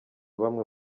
bamwe